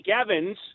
Evans